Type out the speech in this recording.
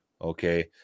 okay